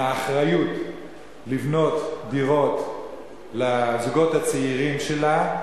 האחריות לבנות דירות לזוגות הצעירים שלה,